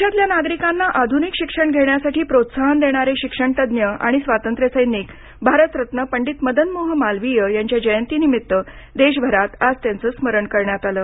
देशातल्या नागरिकांना आधुनिक शिक्षण घेण्यासाठी प्रोत्साहन देणारे शिक्षणतज्ज्ञ आणि स्वातंत्र्य सैनिक भारतरत्न पंडित मदन मोहन मालवीय यांच्या जयंतीनिमित्त देशभरात आज त्यांचं स्मरण करण्यात आलं